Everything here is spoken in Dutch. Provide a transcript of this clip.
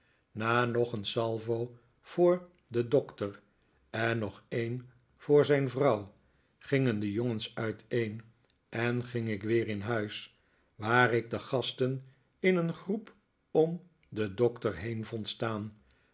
na nog een salvo voor den doctor en nog een voor zijn vrouw gingen de jongens uiteen en ging ik weer in huis waar ik de gasten in een groep om den doctor heen vondstaan